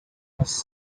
was